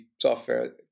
software